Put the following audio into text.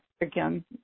again